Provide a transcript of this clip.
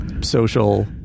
social